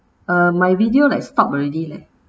uh my video like stopped already leh